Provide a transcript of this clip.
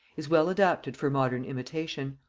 is well adapted for modern imitation.